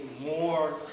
more